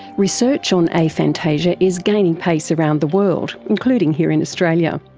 research on aphantasia is gaining pace around the world, including here in australia.